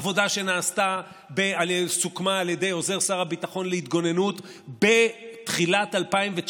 עבודה שסוכמה על ידי עוזר שר הביטחון להתגוננות בתחילת 2019